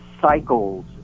cycles